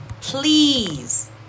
Please